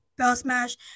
BELLSMASH